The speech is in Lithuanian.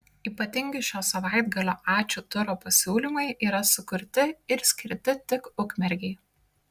ypatingi šio savaitgalio ačiū turo pasiūlymai yra sukurti ir skirti tik ukmergei